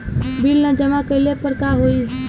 Bill न जमा कइले पर का होई?